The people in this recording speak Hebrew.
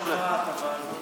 כמה שווה ההטבה הזאת?